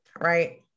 right